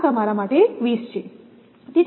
આ તમારા માટે ક્વિઝ છે